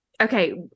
okay